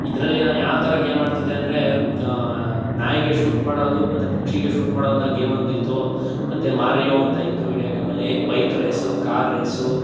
ಇದರಲ್ಲಿ ನಾನು ಯಾವ ಥರ ಗೇಮ್ ಆಡ್ತಿದ್ದೆ ಅಂದರೆ ನಾಯಿಗೆ ಶೂಟ್ ಮಾಡೋದು ಮತ್ತೆ ಪಕ್ಷಿಗೆ ಶೂಟ್ ಮಾಡುವಂಥ ಗೇಮೊಂದಿತ್ತು ಮತ್ತೆ ಮಾರಿಯೋ ಅಂತ ಇತ್ತು ವೀಡಿಯೋ ಗೇಮಲ್ಲಿ ಬೈಕ್ ರೇಸು ಕಾರ್ ರೇಸು